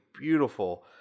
beautiful